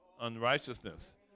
unrighteousness